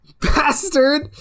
Bastard